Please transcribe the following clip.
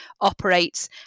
operates